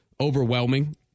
overwhelming